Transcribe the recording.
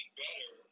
better